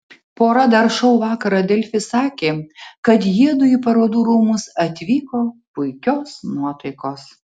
pora dar šou vakarą delfi sakė kad jiedu į parodų rūmus atvyko puikios nuotaikos